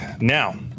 Now